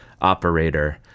operator